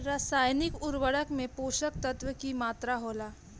रसायनिक उर्वरक में पोषक तत्व की मात्रा होला?